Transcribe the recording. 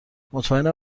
مطمئنم